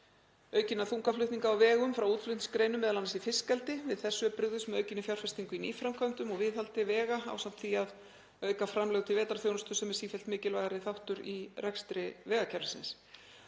aukinna þungaflutninga á vegum frá útflutningsgreinum, m.a. í fiskeldi. Við þessu er brugðist með aukinni fjárfestingu í nýframkvæmdum og viðhaldi vega ásamt því að auka framlög til vetrarþjónustu sem er sífellt mikilvægari þáttur í rekstri vegakerfisins.